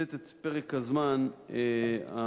לתת את פרק הזמן הנדרש